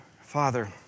Father